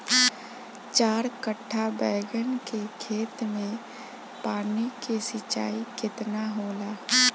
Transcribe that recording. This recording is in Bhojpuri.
चार कट्ठा बैंगन के खेत में पानी के सिंचाई केतना होला?